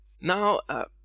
Now